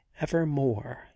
evermore